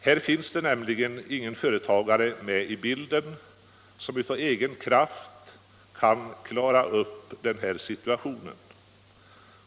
Här finns nämligen ingen företagare med i bilden som av egen kraft kan klara upp situationen.